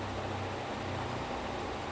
ஆமா மீசைய முறுக்கு:aamaa meesaya murukku was nice ya